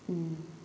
ꯎꯝ